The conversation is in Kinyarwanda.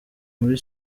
muri